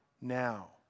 now